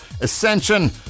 Ascension